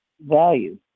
value